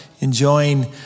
enjoying